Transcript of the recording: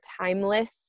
timeless